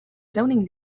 zoning